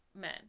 Men